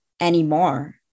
anymore